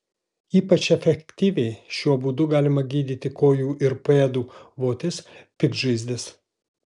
ypač efektyviai šiuo būdu galima gydyti kojų ir pėdų votis piktžaizdes